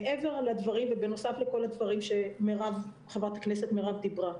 מעבר לדברים ובנוסף לכל הדברים שחברת הכנסת מירב אמרה.